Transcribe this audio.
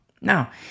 Now